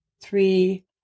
three